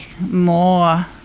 more